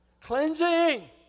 Cleansing